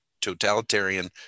totalitarian